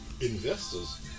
investors